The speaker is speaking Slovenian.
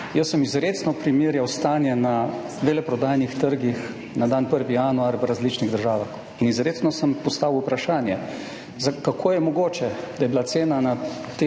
Jaz sem izrecno primerjal stanje na veleprodajnih trgih na dan 1. januar v različnih državah in izrecno sem postavil vprašanje, kako je mogoče, da je bila cena na tem